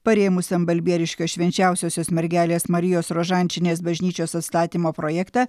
parėmusiam balbieriškio švenčiausiosios mergelės marijos rožančinės bažnyčios atstatymo projektą